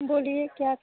बोलिए क्या